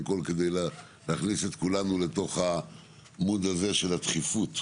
כל כדי להכניס את כולנו לתוך המוד הזה של הדחיפות